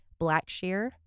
Blackshear